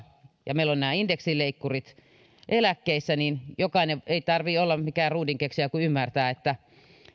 ja meillä on nämä indeksileikkurit eläkkeissä niin ei tarvitse olla mikään ruudinkeksijä kun ymmärtää että